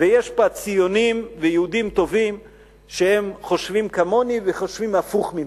ויש בה ציונים ויהודים טובים שהם חושבים כמוני וחושבים הפוך ממני,